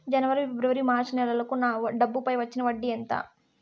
జనవరి, ఫిబ్రవరి, మార్చ్ నెలలకు నా డబ్బుపై వచ్చిన వడ్డీ ఎంత